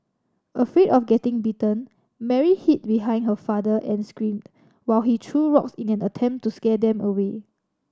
afraid of getting bitten Mary hid behind her father and screamed while he threw rocks in an attempt to scare them away